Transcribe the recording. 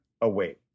away